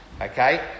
Okay